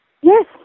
Yes